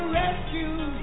rescue